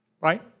Right